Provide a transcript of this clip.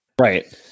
Right